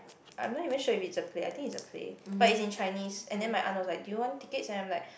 I'm not even sure it is a play I think is a play but it's in Chinese and then my aunt was like do you want ticket I am like